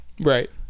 right